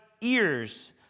ears